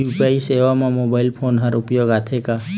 UPI सेवा म mobile phone हर उपयोग आथे का?